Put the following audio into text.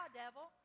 devil